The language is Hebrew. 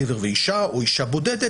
גבר ואישה או אישה בודדת,